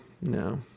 No